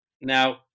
Now